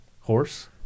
Horse